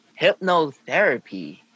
Hypnotherapy